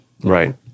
Right